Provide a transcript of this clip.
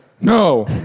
No